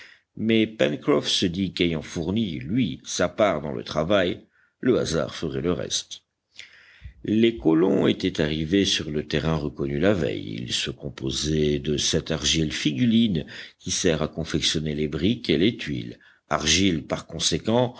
mais pencroff se dit qu'ayant fourni lui sa part dans le travail le hasard ferait le reste les colons étaient arrivés sur le terrain reconnu la veille il se composait de cette argile figuline qui sert à confectionner les briques et les tuiles argile par conséquent